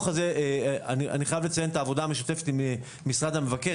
אני חייב לציין את העבודה המשותפת עם משרד המבקר,